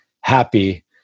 happy